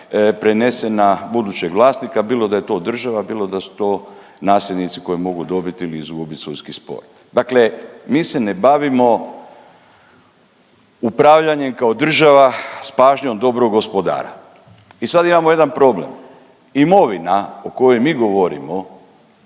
prenese na budućeg vlasnika bilo da je to država, bilo da su to nasljednici koji mogu dobit ili izgubit sudski spor. Dakle, mi se ne bavimo upravljanjem kao država s pažnjom dobrog gospodara. I sad imamo jedan problem, imovina o kojoj mi govorimo